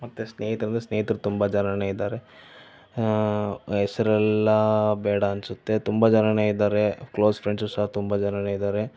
ಮತ್ತೆ ಸ್ನೇಹಿತರೆಂದರೆ ಸ್ನೇಹಿತರು ತುಂಬ ಜನಾನೇ ಇದ್ದಾರೆ ಹೆಸರೆಲ್ಲ ಬೇಡ ಅನ್ನಿಸುತ್ತೆ ತುಂಬ ಜನಾನೇ ಇದ್ದಾರೆ ಕ್ಲೋಸ್ ಫ್ರೆಂಡ್ಸ್ ಸಹ ತುಂಬ ಜನಾನೇ ಇದ್ದಾರೆ